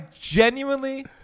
genuinely